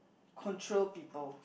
control people